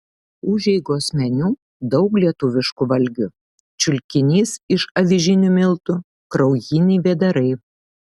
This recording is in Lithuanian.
užeigos meniu daug lietuviškų valgių čiulkinys iš avižinių miltų kraujiniai vėdarai